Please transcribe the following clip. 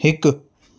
हिकु